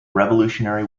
revolutionary